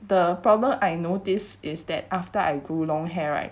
the problem I notice is that after I grew long hair right